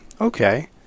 Okay